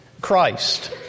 Christ